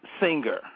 singer